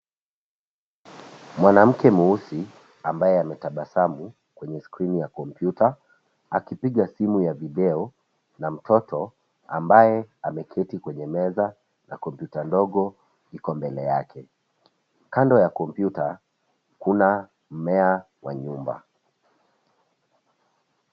Mwanamke mweusi ambaye ametabasamu kwenye skrini ya kompyuta, akipiga simu ya video na mtoto ambaye ameketi kwenye meza na kompyuta ndogo iko mbele yake. Kando ya kompyuta, kuna mmea wa nyumba.